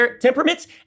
temperaments